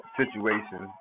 situation